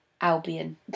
Albion